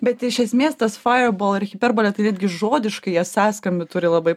bet iš esmės tas faierbal buvo ir hiperbolė tai netgi žodiškai jie sąskambį turi labai